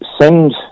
send